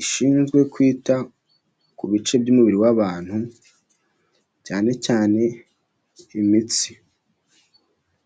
ishinzwe kwita ku bice by'umubiri w'abantu cyane cyane imitsi.